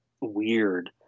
weird